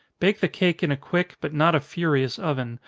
bake the cake in a quick, but not a furious oven,